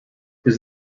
does